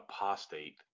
apostate